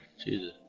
two